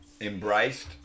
embraced